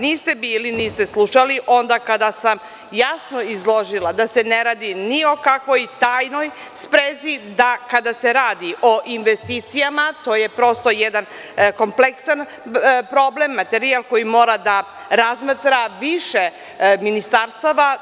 Niste bili, niste slušali onda kada sam jasno izložila da se ne radi ni o kakvoj tajnoj sprezi da kada se radi o investicijama, to je prosto jedan kompleksan problem, materijal koji mora da razmatra više ministarstava.